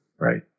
right